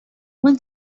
one